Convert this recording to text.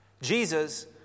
Jesus